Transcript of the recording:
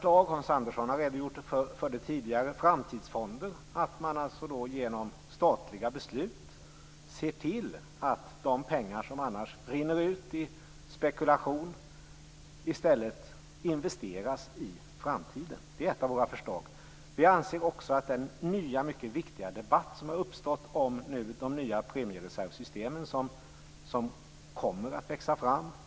Hans Andersson redogjorde för våra förslag om framtidsfonder, att man genom statliga beslut ser till att de pengar som annars rinner i väg till spekulation i stället investeras i framtiden. Det är ett av våra förslag. Det har uppstått en ny mycket viktig debatt om de nya premiereservsystem som tyvärr kommer att växa fram.